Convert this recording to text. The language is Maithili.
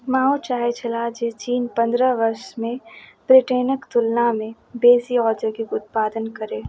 माओ चाहै छलै जे चीन पनरह वर्षमे ब्रिटेनके तुलनामे बेसी औद्योगिक उत्पादन करै